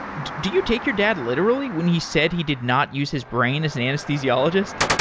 do you take your dad literally when he said he did not use his brain as an anesthesiologist?